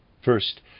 First